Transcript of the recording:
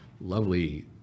lovely